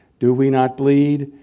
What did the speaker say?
do we not bleed?